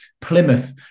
Plymouth